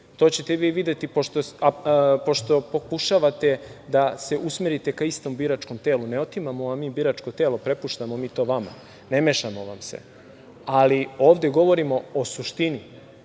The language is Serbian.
to ćete vi i videti, pošto pokušavate da se usmerite ka istom biračkom telu. Ne otimamo vam mi biračko telo, prepuštamo mi to vama, ne mešamo vam se, ali ovde govorimo o suštini,